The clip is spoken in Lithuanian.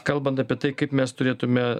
kalbant apie tai kaip mes turėtume